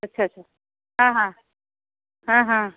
अच्छा अच्छा हाँ हाँ हाँ हाँ